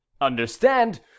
understand